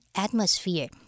atmosphere